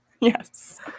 Yes